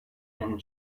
and